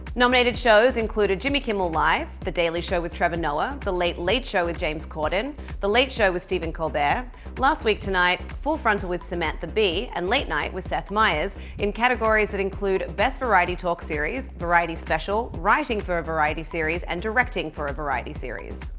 nominated shows included jimmy kimmel live, the daily show with trevor noah the late late show with james corden the late show with stephen colbert last week tonight full frontal with samantha bee and late night with seth meyers in categories that include best variety talk series, variety special, writing for a variety series and directing for a variety series.